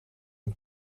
een